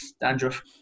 Dandruff